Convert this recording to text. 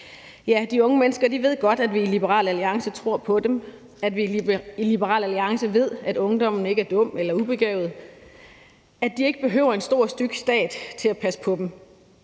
Ja, de unge mennesker ved godt, at vi i Liberal Alliance tror på dem; at vi i Liberal Alliance ved, at ungdommen ikke er dum eller ubegavet, og at de ikke behøver en stor, styg stat til at passe på dem.